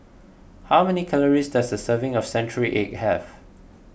how many calories does a serving of Century Egg have